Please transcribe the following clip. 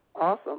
awesome